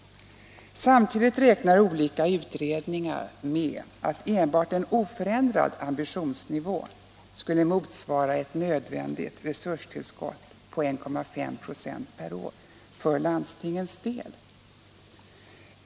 Samtidigt räknar olika utredningar med att enbart en oförändrad ambitionsnivå skulle motsvara ett nödvändigt resurstillskott på 1,5 26 per år för landstingens del.